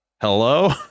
hello